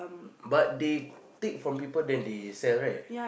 but they take from people then they sell right